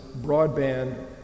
broadband